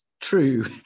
true